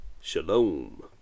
Shalom